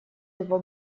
его